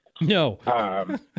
No